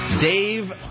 Dave